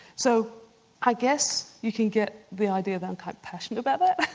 so i guess you can get the idea that i'm quite passionate about that,